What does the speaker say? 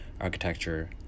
architecture